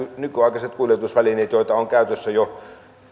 nykyaikaiset kuljetusvälineet joita on käytössä jo